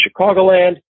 chicagoland